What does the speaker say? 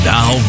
Now